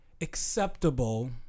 acceptable